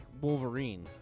Wolverine